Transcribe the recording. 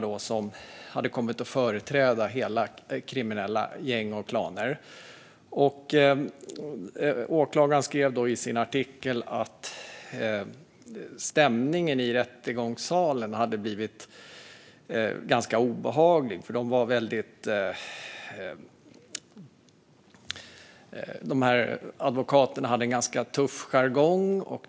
Åklagaren skrev i sin artikel att stämningen i rättssalen hade varit ganska obehaglig, för advokaterna hade en ganska tuff jargong.